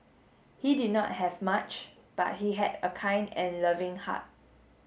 he did not have much but he had a kind and loving heart